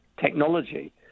technology